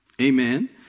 Amen